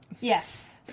yes